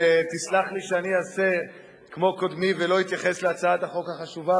תסלח לי שאני אעשה כמו קודמי ולא אתייחס להצעת החוק החשובה,